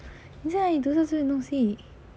你在哪里读出这种东西